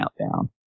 countdown